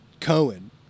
Cohen